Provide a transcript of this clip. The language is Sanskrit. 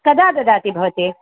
कदा ददाति भवती